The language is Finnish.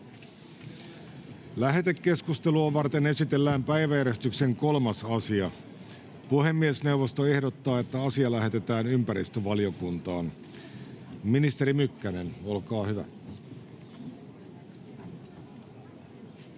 Lähetekeskustelua varten esitellään päiväjärjestyksen 3. asia. Puhemiesneuvosto ehdottaa, että asia lähetetään ympäristövaliokuntaan. — Ministeri Mykkänen, olkaa hyvä.